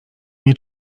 mnie